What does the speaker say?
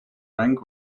rank